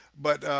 but